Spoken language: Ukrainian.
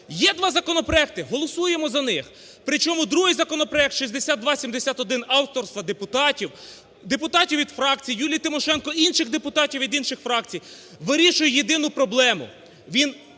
Є два законопроекти – голосуємо за них. Причому другий законопроект 6271 авторства депутатів, депутатів від фракції Юлії Тимошенко і інших депутатів від інших фракцій вирішує єдину проблему.